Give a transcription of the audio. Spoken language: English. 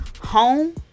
home